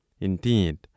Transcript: indeed